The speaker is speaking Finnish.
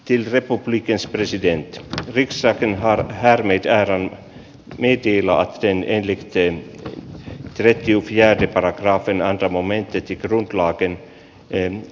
kirkko klikkinsä presidentti vigdiksen pihan härvelit jäävän neiti iloa pienen litteän ketju jääty paragrafina antaa momentti tikrun platini een